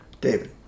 david